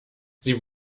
sie